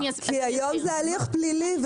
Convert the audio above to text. כי היום זה הליך פלילי,